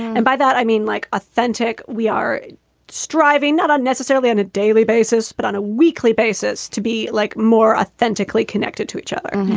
and by that, i mean like authentic. we are striving not necessarily on a daily basis, but on a weekly basis to be like more authentically connected to each other.